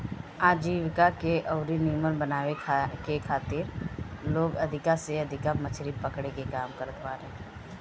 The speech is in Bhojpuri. आजीविका के अउरी नीमन बनावे के खातिर लोग अधिका से अधिका मछरी पकड़े के काम करत बारे